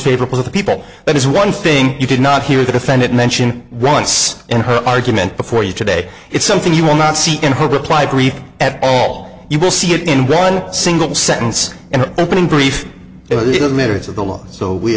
favorable to the people that is one thing you did not hear the defendant mention once in her argument before you today it's something you will not see in her reply brief at all you will see it in one single sentence and opening brief